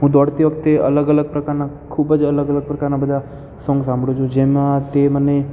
હું દોડતી વખતે અલગ અલગ પ્રકારના ખૂબ જ અલગ અલગ પ્રકારના બધા સોંગ સાંભળુ છું જેમાં તે મને